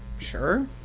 sure